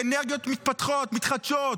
לאנרגיות מתחדשות,